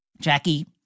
Jackie